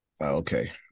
Okay